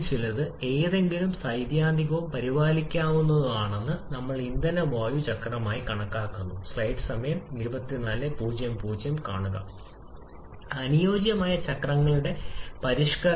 അതിനാൽ പോലെ താപനില ഡിസോസിയേഷന്റെ നിരക്ക് വർദ്ധിച്ചുകൊണ്ടിരിക്കുന്നു നമ്മുടെ ചുറ്റുപാടിൽ നിന്ന് ആഗിരണം ചെയ്യപ്പെടുന്ന ഊർജ്ജത്തിന്റെ അളവ് അത് തുടരുന്നു അതുവഴി മൊത്തം സിസ്റ്റത്തിന്റെ താപനില കുറയ്ക്കുന്നു